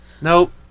Nope